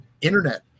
internet